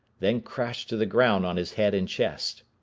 then crashed to the ground on his head and chest.